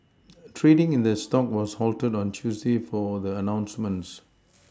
trading in the stock was halted on Tuesday for the announcements